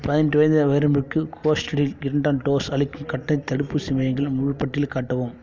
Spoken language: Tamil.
பதினெட்டு வயது வரம்புக்கு கோஷீல்ட் இரண்டாம் டோஸ் அளிக்கும் கட்டணத் தடுப்பூசி மையங்களின் முழுப்பட்டியலை காட்டவும்